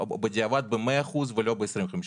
או בדיעבד ב-100% ולא ב-25%?